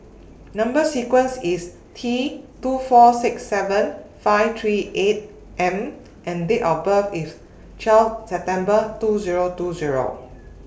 Number sequence IS T two four six seven five three eight M and Date of birth IS twelve September two Zero two Zero